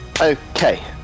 okay